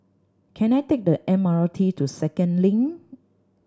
can I take the M R T to Second Link